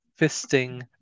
fisting